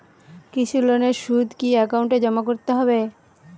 কৃষি লোনের সুদ কি একাউন্টে জমা করতে হবে?